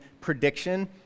prediction